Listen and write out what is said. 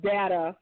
Data